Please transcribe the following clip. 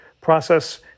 process